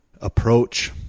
approach